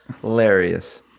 Hilarious